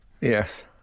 Yes